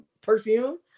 perfume